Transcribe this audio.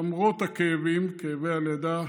למרות הכאבים, כאבי הלידה,